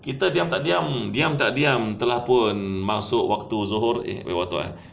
kita diam tak diam diam tak diam telah pun masuk waktu zohor eh waktu